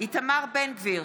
איתמר בן גביר,